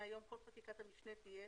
מהיום כל חקיקת המשנה תהיה